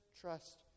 trust